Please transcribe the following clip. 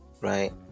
Right